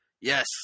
yes